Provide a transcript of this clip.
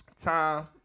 time